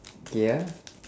K ah